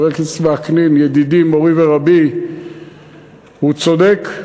חבר הכנסת וקנין, ידידי, מורי ורבי, הוא צודק.